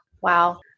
Wow